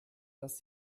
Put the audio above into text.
dass